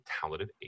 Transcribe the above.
talented